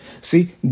See